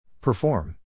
Perform